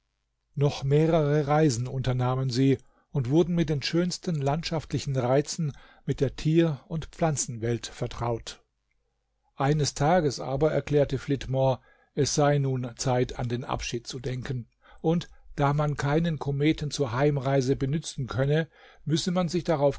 noch mehrere reisen unternahmen sie und wurden mit den schönsten landschaftlichen reizen mit der tier und pflanzenwelt vertraut eines tages aber erklärte flitmore es sei nun zeit an den abschied zu denken und da man keinen kometen zur heimreise benützen könne müsse man sich darauf